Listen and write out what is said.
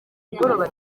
mugoroba